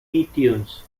itunes